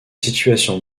situations